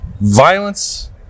Violence